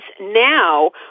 now